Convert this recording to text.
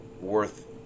worth